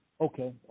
Okay